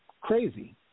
Crazy